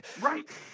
Right